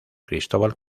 cristóbal